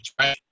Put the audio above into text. right